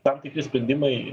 tam tikri sprendimai